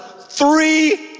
three